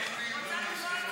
אנחנו עוברים, בעזרת השם,